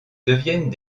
deviennent